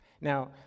Now